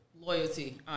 loyalty